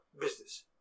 business